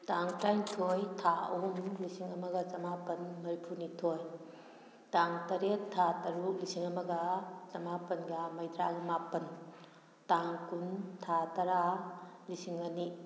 ꯇꯥꯡ ꯇꯔꯥꯅꯤꯊꯣꯏ ꯊꯥ ꯑꯍꯨꯝ ꯂꯤꯁꯤꯡ ꯑꯃꯒ ꯆꯃꯥꯄꯜ ꯃꯔꯤꯐꯨ ꯅꯤꯊꯣꯏ ꯇꯥꯡ ꯇꯔꯦꯠ ꯊꯥ ꯇꯔꯨꯛ ꯂꯤꯁꯤꯡ ꯑꯃꯒ ꯆꯃꯥꯄꯜꯒ ꯃꯔꯤꯐꯨꯇꯔꯥꯒ ꯃꯥꯄꯜ ꯇꯥꯡ ꯀꯨꯟ ꯊꯥ ꯇꯔꯥ ꯂꯤꯁꯤꯡ ꯑꯅꯤ